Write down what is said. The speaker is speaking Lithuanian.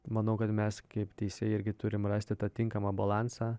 manau kad mes kaip teisėjai irgi turim rasti tą tinkamą balansą